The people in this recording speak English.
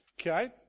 Okay